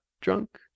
drunk